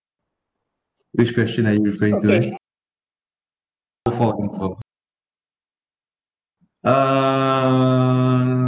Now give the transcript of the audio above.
which question are you going to okay four uh